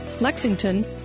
Lexington